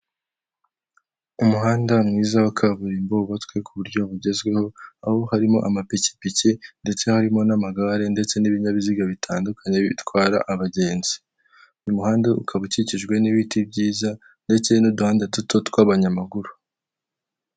Umuhanda mwiza wa kaburimbo wubatswe ku buryo bugezweho, aho harimo amapikipiki, ndetse harimo n'amagare, ndetse n'ibinyabiziga bitandukanye bitwara abagenzi. Uyu muhanda ukaba ukikijwe n'ibiti byiza, ndetse n'uduhanda duto tw'abanyamaguru.